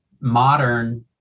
modern